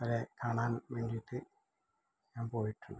വരെ കാണാൻ വേണ്ടീട്ട് ഞാൻ പോയിട്ടുണ്ട്